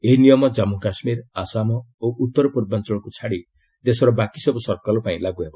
ଏହି ନିୟମ ଜନ୍ମୁ କାଶ୍ମୀର ଆସାମ ଓ ଉତ୍ତର ପୂର୍ବାଞ୍ଚଳକୁ ଛାଡ଼ି ଦେଶର ବାକି ସବୁ ସର୍କଲ୍ ପାଇଁ ଲାଗୁ ହେବ